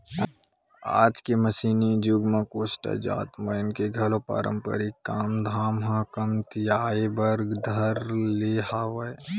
आज के मसीनी जुग म कोस्टा जात मन के घलो पारंपरिक काम धाम ह कमतियाये बर धर ले हवय